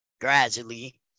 gradually